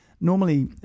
normally